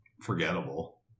forgettable